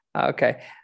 okay